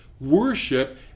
worship